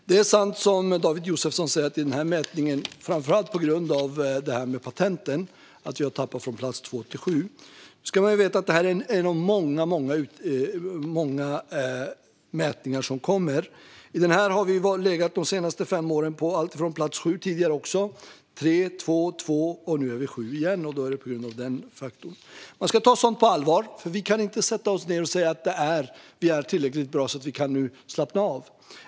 Det är sant som David Josefsson säger: Vi har gått från plats två till sju i den här mätningen. Det beror framför allt på detta med patenten. Man ska då veta att detta är en av många mätningar som görs. I den här mätningen har vi de senaste fem åren legat på plats sju, plats tre och plats två. Nu ligger vi på plats sju igen, och det är alltså på grund av den faktorn. Man ska ta sådant på allvar; vi ska inte sätta oss ned och säga att vi är tillräckligt bra och nu kan slappna av.